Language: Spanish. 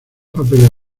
papeles